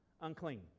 unclean